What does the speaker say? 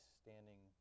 standing